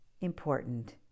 important